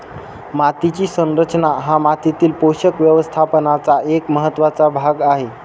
मातीची संरचना हा मातीतील पोषक व्यवस्थापनाचा एक महत्त्वाचा भाग आहे